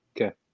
Okay